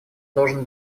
должен